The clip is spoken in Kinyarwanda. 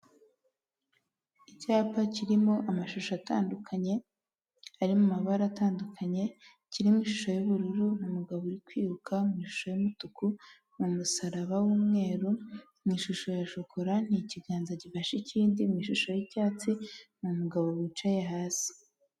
Icyapa kirimo amashusho atandukanye, ari mu mabara atandukanye. Kirimo ishusho y'ubururu n'umugabo uri kwiruka, mu ishusho y'umutuku n' musaraba w'umweru, mu ishusho ya shokora ni ikiganza gifashe ikindi, mu ishusho y'icyatsi ni n'umugabo wicaye hasi.